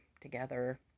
together